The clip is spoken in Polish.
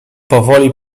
powoli